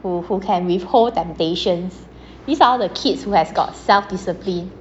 who who can withhold temptations these are the kids who has got self discipline